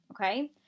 okay